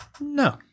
No